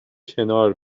کنار